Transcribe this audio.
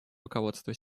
руководства